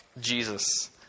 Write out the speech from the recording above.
Jesus